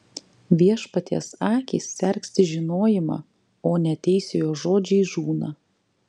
viešpaties akys sergsti žinojimą o neteisiojo žodžiai žūna